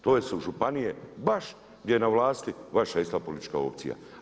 To su županije, baš gdje je na vlasti vaša ista politička opcija.